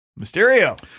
Mysterio